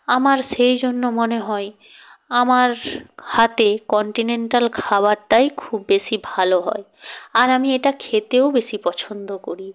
আমার সেই জন্য মনে হয় আমার হাতে কন্টিনেন্টাল খাবারটাই খুব বেশি ভালো হয় আর আমি এটা খেতেও বেশি পছন্দ করি